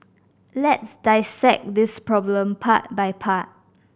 let's dissect this problem part by part